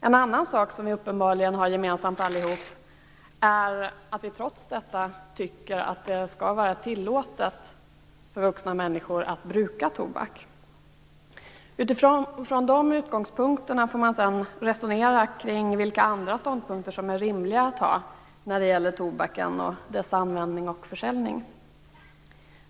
En annan sak som vi uppenbarligen har gemensamt är att vi trots det tycker att det skall vara tillåtet för vuxna människor att bruka tobak. Utifrån de utgångspunkterna får man sedan resonera om vilka andra ståndpunkter som är rimliga att ha när det gäller tobaken och användningen och försäljningen av den.